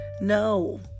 no